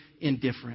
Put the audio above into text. indifferent